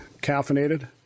caffeinated